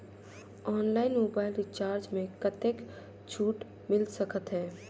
Online mobile recharge मे कतेक छूट मिल सकत हे?